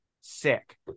Sick